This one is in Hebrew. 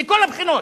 מכל הבחינות,